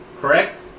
correct